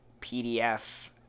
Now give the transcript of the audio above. PDF